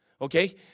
Okay